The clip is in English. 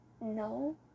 No